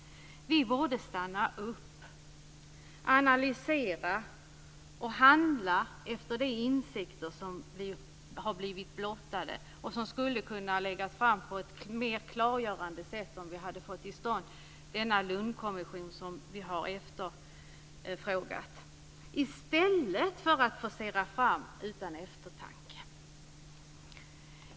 Vi borde stanna upp, analysera och handla efter de insikter som har blivit blottade och som skulle ha kunnat läggas fram på ett mera klargörande sätt om vi hade fått till stånd den motsvarighet till Lundkommissionen som vi har efterfrågat; detta i stället för att forcera fram utan eftertanke.